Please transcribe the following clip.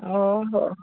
ଓ ହଉ